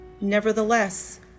Nevertheless